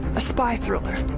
a spy thriller,